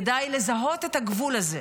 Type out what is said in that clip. כדאי לזהות את הגבול הזה,